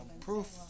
proof